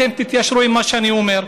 אתם תתיישרו עם מה שאני אומר.